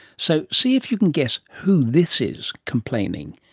so, see if you can guess who this is complaining,